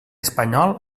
espanyol